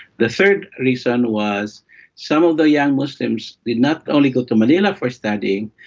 the third reason was some of the young muslims did not only go to manila for studying,